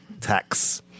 tax